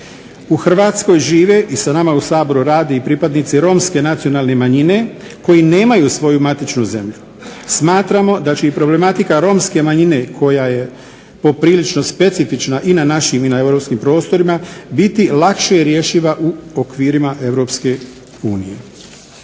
U Hrvatskoj žive i sa nama u Saboru rade i pripadnici Romske nacionalne manjine koji nemaju svoju matičnu zemlju. Smatramo da će i problematika romske manjine koja je poprilično specifična i na našim i na europskim prostorima biti lakše rješiva u okvirima